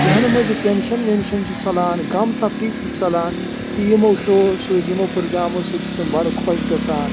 زٮ۪ہنہٕ منٛز یہِ ٹٮ۪نشٮ۪ن وٮ۪نشٮ۪ن چھُ ژَلان غَم تَفریٖق چُھکھ ژَلان تہٕ یِمو شوو سۭتۍ یِمو پروٗگرامو سۭتۍ چھِ تِم بَڈٕ خۄش گَژھان